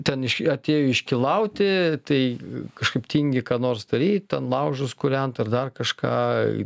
ten iš atėjo iškylauti tai kažkaip tingi ką nors daryt ten laužus kūrent ar dar kažką